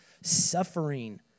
suffering